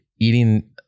eating